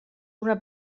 una